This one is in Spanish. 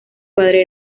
padres